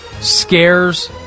scares